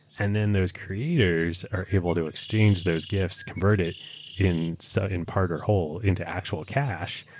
and then those creators are able to exchange those gifts, convert it in so in part or whole into actual cash,